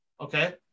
okay